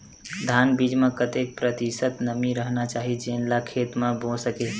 धान बीज म कतेक प्रतिशत नमी रहना चाही जेन ला खेत म बो सके?